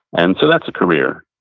and so that's a career.